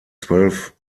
zwölf